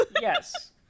Yes